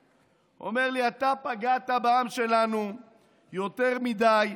הוא אומר לי: אתה פגעת בעם שלנו יותר מדי.